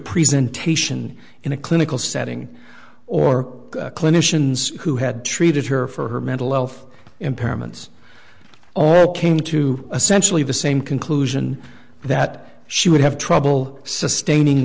presentation in a clinical setting or clinicians who had treated her for her mental health impairments all came to a centrally the same conclusion that she would have trouble sustaining